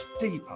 deeper